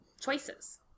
choices